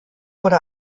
wurde